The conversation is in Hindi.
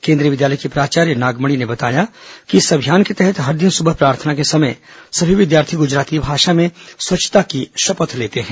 केंद्रीय विद्यालय की प्राचार्य नागमणी ने बताया कि इस अभियान के तहत हर दिन सुबह प्रार्थना के समय सभी विद्यार्थी गुजराती भाषा में स्वच्छता की शपथ लेते हैं